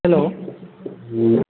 hello